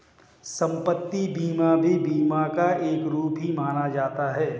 सम्पत्ति बीमा भी बीमा का एक रूप ही माना जाता है